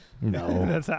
No